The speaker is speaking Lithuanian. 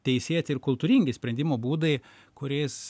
teisėti ir kultūringi sprendimo būdai kuriais